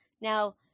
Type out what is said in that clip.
Now